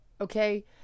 Okay